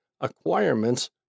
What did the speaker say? acquirements